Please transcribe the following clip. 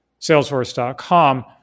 Salesforce.com